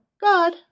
God